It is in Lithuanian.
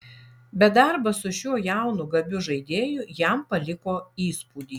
bet darbas su šiuo jaunu gabiu žaidėju jam paliko įspūdį